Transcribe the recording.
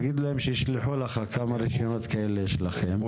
תגיד להם שישלחו לך כמה רישיונות כאלה יש לכם,